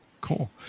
Cool